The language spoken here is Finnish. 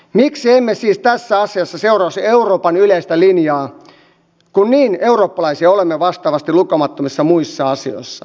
miksi emme siis tässä asiassa seuraisi euroopan yleistä linjaa kun niin eurooppalaisia olemme vastaavasti lukemattomissa muissa asioissa